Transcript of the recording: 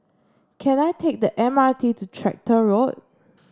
can I take the M R T to Tractor Road